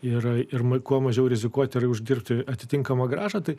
ir kuo mažiau rizikuoti ir uždirbti atitinkamą grąžą tai